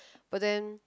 but then